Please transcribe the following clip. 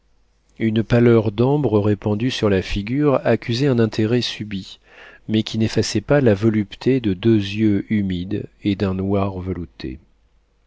une pâleur d'ambre répandue sur la figure accusait un intérêt subit mais qui n'effaçait pas la volupté de deux yeux humides et d'un noir velouté